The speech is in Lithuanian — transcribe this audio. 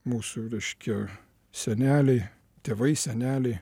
mūsų reiškia seneliai tėvai seneliai